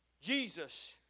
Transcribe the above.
Jesus